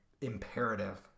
imperative